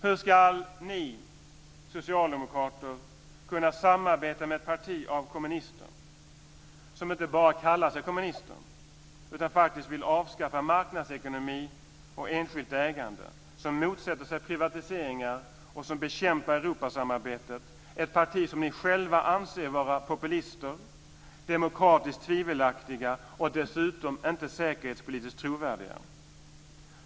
Hur ska ni socialdemokrater kunna samarbeta med ett parti av kommunister som inte bara kallar sig kommunister utan som faktiskt vill avskaffa marknadsekonomi och enskilt ägande, som motsätter sig privatiseringar och som bekämpar Europasamarbetet - ett parti som ni själva anser vara populister, demokratiskt tvivelaktiga och dessutom inte säkerhetspolitiskt trovärdiga?